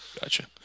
Gotcha